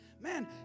Man